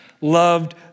loved